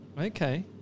Okay